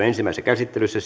ensimmäisessä käsittelyssä